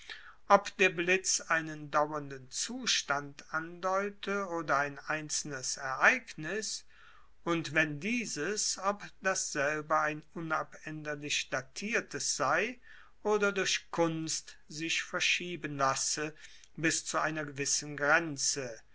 ob der blitz einen dauernden zustand andeute oder ein einzelnes ereignis und wenn dieses ob dasselbe ein unabaenderlich datiertes sei oder durch kunst sich verschieben lasse bis zu einer gewissen grenze